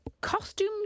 costume